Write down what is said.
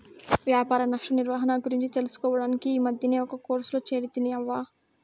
వ్యాపార నష్ట నిర్వహణ గురించి తెలుసుకోడానికి ఈ మద్దినే ఒక కోర్సులో చేరితిని అవ్వా